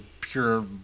pure